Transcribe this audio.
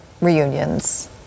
reunions